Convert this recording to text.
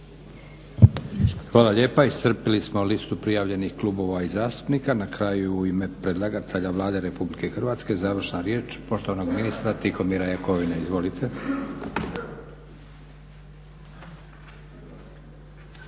Hvala lijepo. Iscrpili smo listu prijavljenih klubova i zastupnika. Na kraju u ime predlagatelja Vlade RH završna riječ poštovanog ministra Tihomira Jakovine. Izvolite.